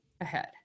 ahead